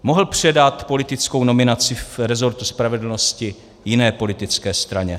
Mohl předat politickou nominaci resortu spravedlnosti, jiné politické straně.